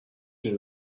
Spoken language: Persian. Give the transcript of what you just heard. تونی